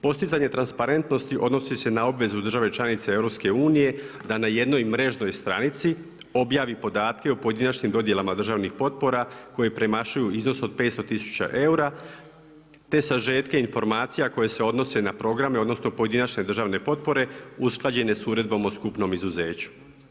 Postizanje transparentnosti odnosi se na obvezu države članica EU, da na jednoj mrežnoj stranici objavi podatke o pojedinačnim dodjelama državnih potpora, koje premašuju iznos od 500 tisuća eura, te sažetak informacija koje se odnose na programe, odnosno pojedinačne državne potpore, usklađene s Uredbom o skupnom izuzeću.